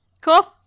cool